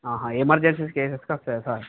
emergencies కేసెస్కి వస్తాయా sir